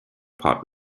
pot